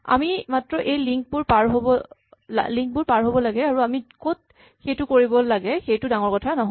আমি মাত্ৰ এই লিংক বোৰ পাৰ হ'ব লাগে আৰু আমি ক'ত সেইটো কৰিব লাগে সেইটো ডাঙৰ কথা নহয়